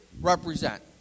represent